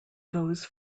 goes